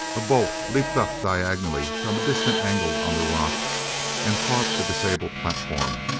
a bolt leaped up diagonally from a distant angle on the rocks and caught the disabled platform.